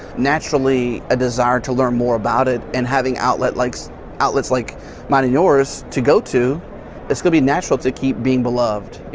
naturally a desire to learn more about it and having outlets like so outlets like mine and yours to go to it's going to be natural to keep being beloved, you